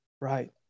Right